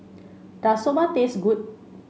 does Soba taste good